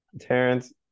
Terrence